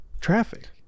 traffic